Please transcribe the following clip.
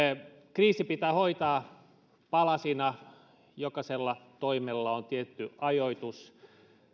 kriisi pitää hoitaa palasina jokaisella toimella on tietty ajoitus